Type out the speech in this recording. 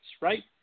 right